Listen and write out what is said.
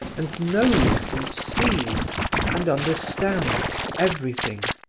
and knows and sees and understands everything.